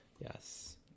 Yes